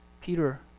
Peter